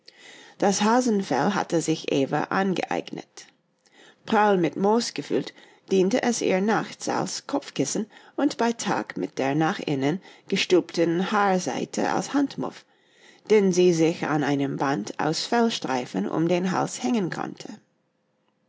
das hasenfell hatte sich eva angeeignet prall mit moos gefüllt diente es ihr nachts als kopfkissen und bei tag mit der nach innen gestülpten haarseite als handmuff den sie sich an einem band aus fellstreifen um den hals hängen konnte